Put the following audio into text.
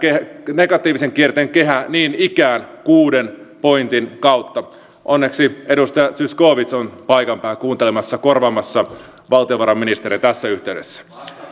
negatiivisen kierteen kehää niin ikään kuuden pointin kautta onneksi edustaja zyskowicz on paikan päällä kuuntelemassa korvaamassa valtiovarainministeriä tässä yhteydessä